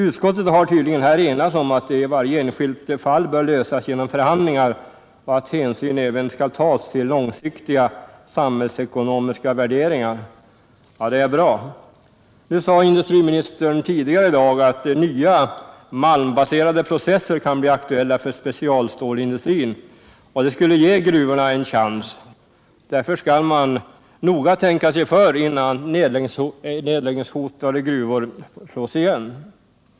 Utskottet har tydligen här enats om att problemet i varje enskilt fall bör lösas genom förhandlingar och att hänsyn även skall tas till långsiktiga samhällsekonomiska värderingar, och det är bra. Industriministern sade tidigare i dag att nya malmbaserade processer kan bli aktuella för specialstålindustrin, och det skulle ge gruvorna en chans. Därför skall man noga tänka sig för innan nedläggningshotade gruvor slås igen.